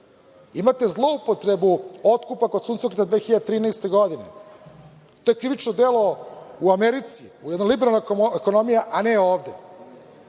Imate zloupotrebu otkupa kod suncokreta na 2013. godine. To je krivično delo u Americi, u jednoj liberalnoj ekonomiji, a ne ovde,